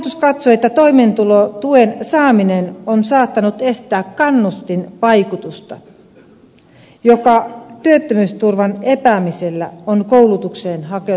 hallitus katsoo että toimeentulotuen saaminen on saattanut estää kannustinvaikutusta joka työttömyysturvan epäämisellä on koulutukseen hakeutumiselle